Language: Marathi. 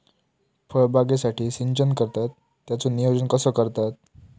फळबागेसाठी सिंचन करतत त्याचो नियोजन कसो करतत?